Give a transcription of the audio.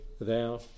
thou